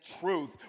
truth